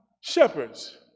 shepherds